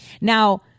Now